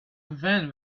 then